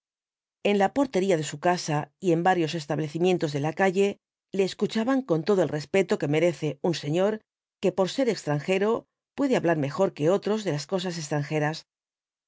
en la portería de su casa y en varios establecimientos de la calle le escuchaban con todo el respeto que merece un señor que por ser extranjero puede hablar mejor que otros de las cosas extranjeras